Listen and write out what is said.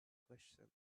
question